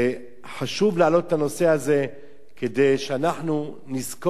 חשוב להעלות את הנושא הזה כדי שאנחנו נזכור תמיד